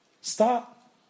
Stop